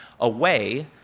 away